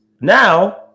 Now